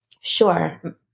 Sure